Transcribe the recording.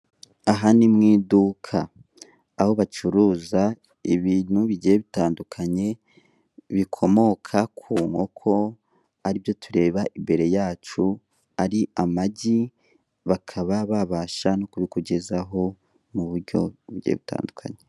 Aha ni mu iduka aho bacuruza ibintu bigiye bitandukanye bikomoka ku nkoko, aribyo tureba imbere yacu. Ari amagi bakaba babasha no kubikugezaho mu buryo bugiye butandukanye.